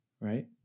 right